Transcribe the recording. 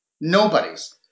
Nobody's